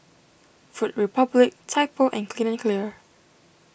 Food Republic Typo and Clean and Clear